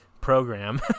program